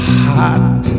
hot